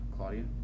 Claudia